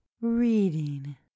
Reading